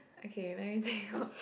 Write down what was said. okay let me think of